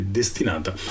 destinata